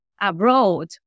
abroad